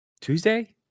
Tuesday